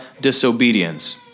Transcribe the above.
disobedience